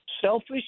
selfish